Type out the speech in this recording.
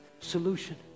Solution